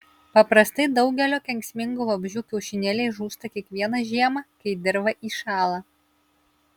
paprastai daugelio kenksmingų vabzdžių kiaušinėliai žūsta kiekvieną žiemą kai dirva įšąla